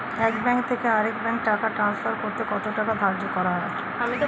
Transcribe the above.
এক ব্যাংক থেকে আরেক ব্যাংকে টাকা টান্সফার করতে কত টাকা ধার্য করা হয়?